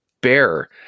bear